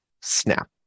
snap